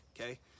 okay